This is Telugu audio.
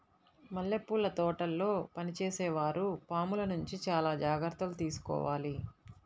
మల్లెపూల తోటల్లో పనిచేసే వారు పాముల నుంచి చాలా జాగ్రత్తలు తీసుకోవాలి